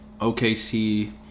okc